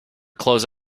close